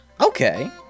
Okay